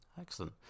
Excellent